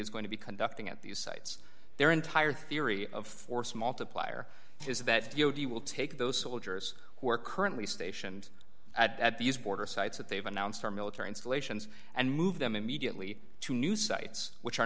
is going to be conducting at these sites their entire theory of force multiplier is that you will take those soldiers who are currently stationed at these border sites that they've announced our military installations and move them immediately to new sites which are